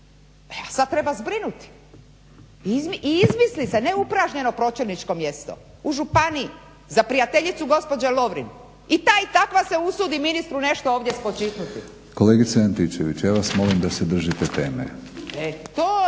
E sada treba zbrinuti. I izmisli se neupražnjeno pročelničko mjesto u županiji za prijateljicu gospođe Lovrin. I ta i takva se usudi ministru nešto ovdje spočitnuti. **Batinić, Milorad (HNS)** Kolegice Antičević ja vas molim da se držite teme. **Antičević